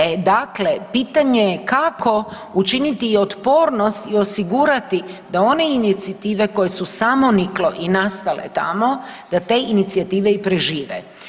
E dakle, pitanje je kako učiniti i otpornost i osigurati da one inicijative koje su samoniklo i nastale tamo, da te inicijative i prežive.